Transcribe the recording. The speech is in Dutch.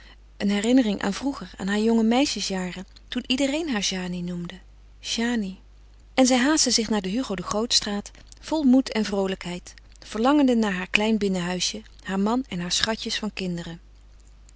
een herinnering aan vroeger aan haar jongemeisjesjaren toen iedereen haar jany noemde jany en zij haastte zich naar de hugo de grootstraat vol moed en vroolijkheid verlangende naar haar klein binnenhuisje haar man en haar schatjes van kinderen